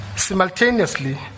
Simultaneously